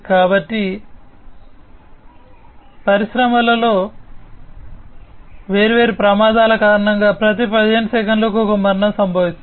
కాబట్టి పరిశ్రమలో వేర్వేరు ప్రమాదాల కారణంగా ప్రతి 15 సెకన్లకు ఒక మరణం సంభవిస్తుంది